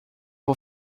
vou